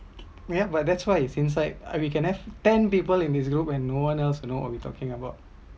ya but that’s why since like I we can have ten people in musical when no one else know we’re talking about